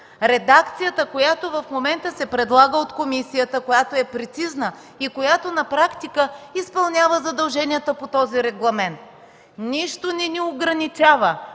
Редакцията, която в момента се предлага от комисията, която е прецизна и която на практика изпълнява задълженията по този регламент, нищо не ни ограничава